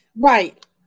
Right